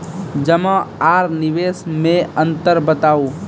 जमा आर निवेश मे अन्तर बताऊ?